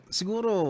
siguro